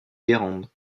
guérande